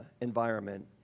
environment